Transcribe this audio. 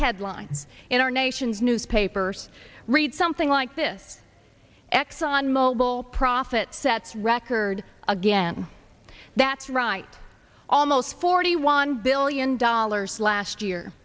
headline in our nation's newspapers read something like this exxon mobil profits sets record again that's right almost forty one billion dollars last year